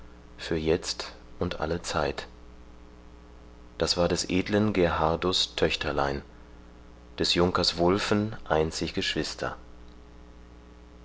für jetzt und alle zeit das war des edlen herrn gerhardus töchterlein des junkers wulfen einzig geschwister